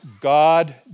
God